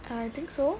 I think so